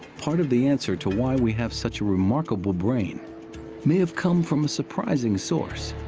part of the answer to why we have such a remarkable brain may have come from a surprising source.